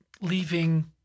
leaving